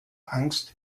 angst